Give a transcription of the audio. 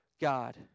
God